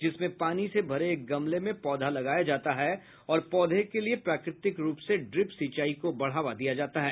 जिसमें पानी से भरे एक गमले में पौधा लगाया जाता है और पौधे के लिए प्राकृतिक रूप से ड्रिप सिंचाई को बढावा दिया जाता है